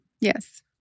Yes